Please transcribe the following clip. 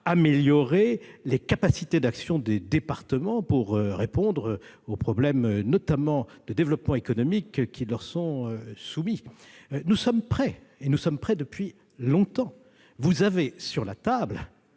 améliorer les capacités d'action des départements pour répondre, notamment, aux problèmes de développement économique qui leur sont soumis. Nous sommes prêts depuis longtemps. Vous avez sur la table